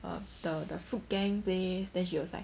the the food gang place then she was like